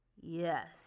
yes